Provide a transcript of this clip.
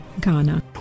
Ghana